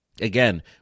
Again